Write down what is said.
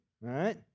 right